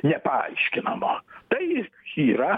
nepaaiškinamo tai yra